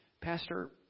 Pastor